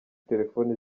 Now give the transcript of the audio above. telefoni